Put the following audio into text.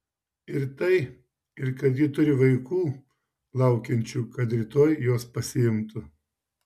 ir tai ir kad ji turi vaikų laukiančių kad rytoj juos pasiimtų